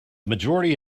majority